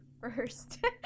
first